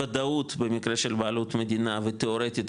וודאות במקרה של בעלות מדינה ותיאורטית,